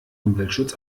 umweltschutz